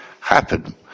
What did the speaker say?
happen